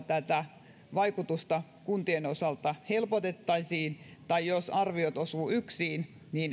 tätä vaikutusta kuntien osalta helpotettaisiin tai jos arviot osuvat yksiin